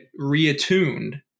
reattuned